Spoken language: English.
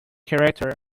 characters